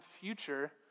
future